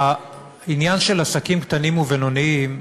העניין של עסקים קטנים ובינוניים,